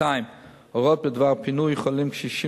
2. הוראות בדבר פינוי חולים קשישים